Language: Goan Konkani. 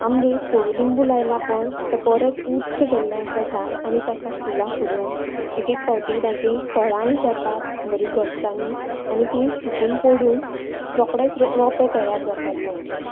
आमगेर कोडलिंबू लायला पय ते बरेंच उच जाल्लें आसा झाड आनी ताका फुलां फुलोन एक एक फावटी तांचीं फळांय जातात बरीं घोंस्सांनी आनी तीं सुकून पडून रोकडेच रोंपे तयार जातात तांचे